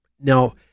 Now